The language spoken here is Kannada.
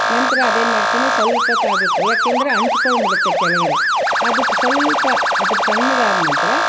ನಂತರ ಅದೇನು ಮಾಡ್ತೀನಿ ಸ್ವಲ್ಪೊತ್ತಾಗ್ಬೇಕು ಯಾಕೆಂದರೆ ಅಂಟ್ಕೊಂಡ್ಬಿಡುತ್ತೆ ಕೆಳಗಡೆ ಅದು ಸ್ವಲ್ಪ ಅದ್ರ ತಣ್ಣಗಾದ ನಂತರ